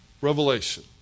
revelation